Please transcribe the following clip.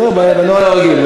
זה בנוהל הרגיל.